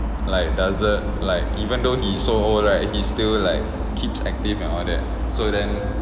like doesn't like even though he so old right he still like keeps active and all that so then